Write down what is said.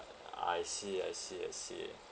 I see I see I see